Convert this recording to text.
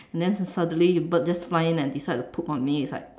then suddenly the bird just fly in and decided to poop on me it's like